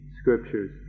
scriptures